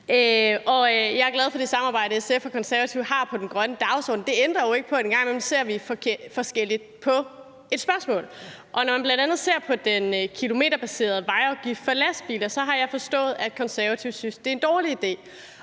jeg er glad for det samarbejde, SF og Konservative har om den grønne dagsorden. Det ændrer jo ikke på, at vi en gang imellem ser forskelligt på et spørgsmål. Når man f.eks. ser på den kilometerbaserede vejafgift for lastbiler, har jeg forstået, at Konservative synes, det er en dårlig idé.